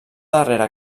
darrera